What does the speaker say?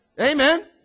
Amen